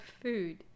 food